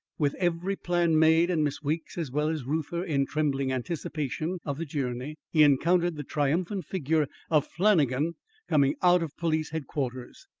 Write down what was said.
with every plan made and miss weeks, as well as reuther, in trembling anticipation of the journey, he encountered the triumphant figure of flannagan coming out of police headquarters.